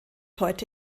heute